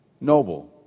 noble